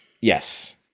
Yes